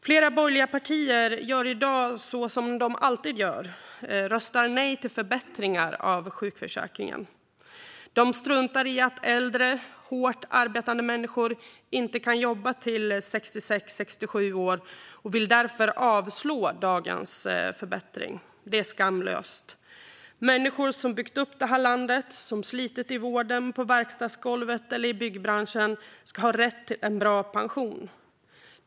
Flera borgerliga partier gör i dag som de alltid gör och röstar nej till förbättringar av sjukförsäkringen. De struntar i att äldre hårt arbetande människor inte kan jobba till 66 eller 67 år och vill därför avslå dagens förbättring. Det är skamlöst. Människor som byggt upp det här landet, som slitit i vården, på verkstadsgolvet eller i byggbranschen ska ha rätt till en bra pension.